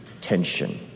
tension